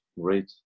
great